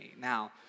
now